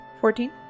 Fourteen